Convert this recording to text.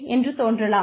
என்று தோன்றலாம்